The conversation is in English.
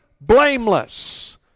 blameless